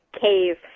cave